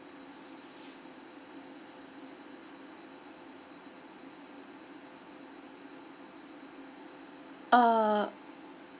err